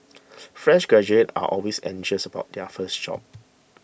fresh graduates are always anxious about their first job